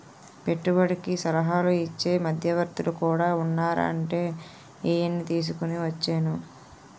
పెట్టుబడికి సలహాలు ఇచ్చే మధ్యవర్తులు కూడా ఉన్నారంటే ఈయన్ని తీసుకుని వచ్చేను